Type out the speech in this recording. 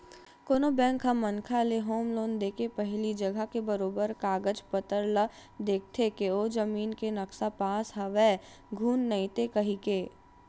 कोनो बेंक ह मनखे ल होम लोन देके पहिली जघा के बरोबर कागज पतर ल देखथे के ओ जमीन के नक्सा पास हवय धुन नइते कहिके